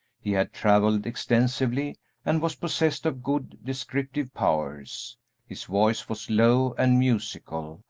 he had travelled extensively and was possessed of good descriptive powers his voice was low and musical,